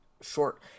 short